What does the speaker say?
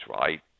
right